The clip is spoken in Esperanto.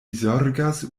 zorgas